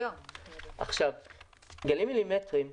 גלים אופטיים,